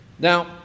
Now